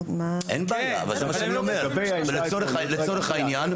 לצורך העניין,